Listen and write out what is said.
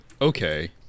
okay